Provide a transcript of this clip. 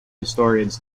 historians